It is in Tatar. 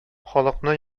халыкны